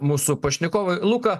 mūsų pašnekovai luka